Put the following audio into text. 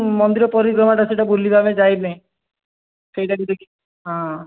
ମନ୍ଦିର ପରିକ୍ରମାଟା ସେଇଟା ବୁଲିବା ଆମେ ଯାଇନେ ସେଇଟା ବି ଦେଖି ହଁ